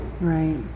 right